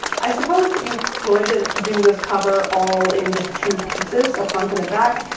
i suppose that you could do this cover all in just two pieces, a front and a back,